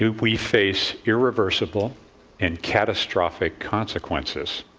we face irreversible and catastrophic consequences,